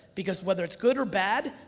because whether it's good or bad,